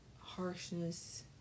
harshness